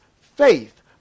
faith